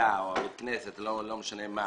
שהקהילה או בית הכנסת לא משנה מי